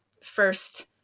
first